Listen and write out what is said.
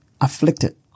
afflicted